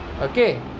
Okay